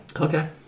Okay